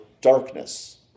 darkness